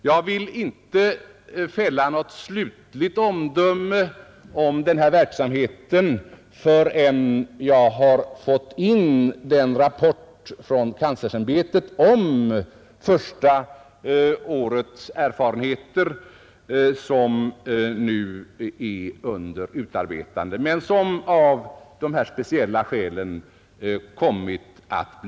Jag vill inte fälla något slutligt omdöme om den här verksamheten förrän jag har fått in den rapport från kanslersämbetet om första årets erfarenheter som nu är under utarbetande men som av dessa speciella skäl blivit fördröjd.